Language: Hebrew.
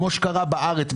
כפי שקרה בארץ,